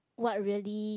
what really